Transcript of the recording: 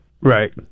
right